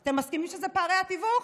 אתה מסכים שזה פערי התיווך?